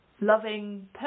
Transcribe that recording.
loving